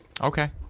Okay